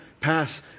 pass